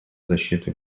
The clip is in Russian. защиты